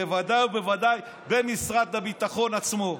בוודאי ובוודאי במשרד הביטחון עצמו.